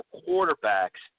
quarterbacks